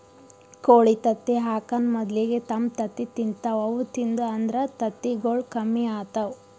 ಕೋಳಿ ತತ್ತಿ ಹಾಕಾನ್ ಮೊದಲಿಗೆ ತಮ್ ತತ್ತಿ ತಿಂತಾವ್ ಅವು ತಿಂದು ಅಂದ್ರ ತತ್ತಿಗೊಳ್ ಕಮ್ಮಿ ಆತವ್